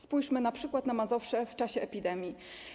Spójrzmy np. na Mazowsze w czasie epidemii.